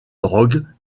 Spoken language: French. drogue